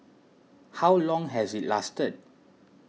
how long has it lasted